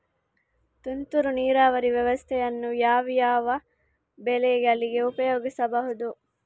ತುಂತುರು ನೀರಾವರಿ ವ್ಯವಸ್ಥೆಯನ್ನು ಯಾವ್ಯಾವ ಬೆಳೆಗಳಿಗೆ ಉಪಯೋಗಿಸಬಹುದು?